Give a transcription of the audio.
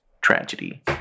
tragedy